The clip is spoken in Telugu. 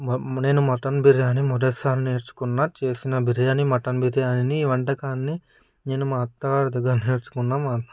నేను మటన్ బిర్యానీ మొదటిసారిగా నేర్చుకున్న చేసిన బిర్యాని మటన్ బిర్యానీ ఈ వంటకాన్ని నేను మా అత్త గారి దగ్గర నేర్చుకున్నా